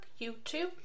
YouTube